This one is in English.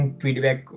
feedback